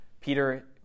Peter